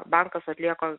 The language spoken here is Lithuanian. bankas atlieka